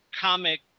comic